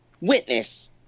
witness